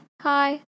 hi